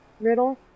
riddle